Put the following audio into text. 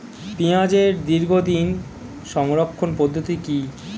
পেঁয়াজের দীর্ঘদিন সংরক্ষণ পদ্ধতি কি?